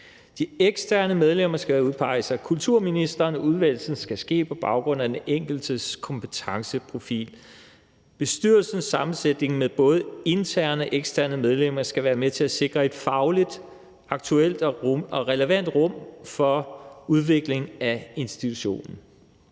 De eksterne medlemmer skal udpeges af kulturministeren, og udvælgelsen skal ske på baggrund af den enkeltes kompetenceprofil. Bestyrelsessammensætningen med både interne og eksterne medlemmer skal være med til at sikre et fagligt aktuelt og relevant rum for udvikling af institutionen.